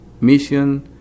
mission